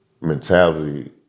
mentality